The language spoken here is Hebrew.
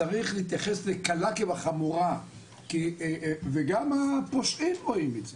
צריך להתייחס לקלה כבחמורה וגם הפושעים רואים את זה,